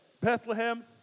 Bethlehem